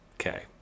Okay